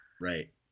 right